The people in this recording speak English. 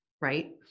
Right